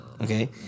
okay